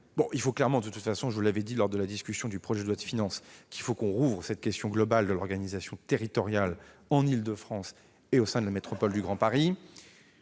pas diagnostiqués. Comme je vous l'avais dit lors de la discussion du projet de loi de finances, il nous faut rouvrir cette question globale de l'organisation territoriale en Île-de-France et au sein de la métropole du Grand Paris.